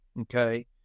Okay